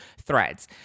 threads